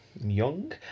Young